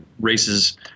races